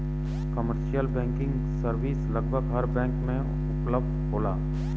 commercial banking service लगभग हर bank में उपलब्ध होला